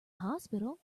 hospital